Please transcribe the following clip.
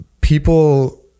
People